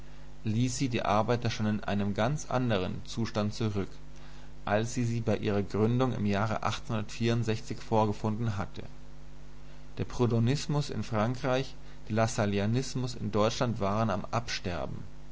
ließ sie die arbeiter schon in einem ganz anderen zustand zurück als sie sie bei ihrer gründung im jahre vorgefunden hatte der proudhonismus in frankreich der lassalleanismus in deutschland waren am absterben